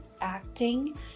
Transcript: acting